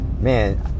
Man